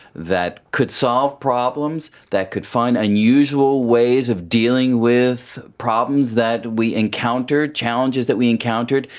that could solve problems, that could find unusual ways of dealing with problems that we encountered, challenges that we encountered,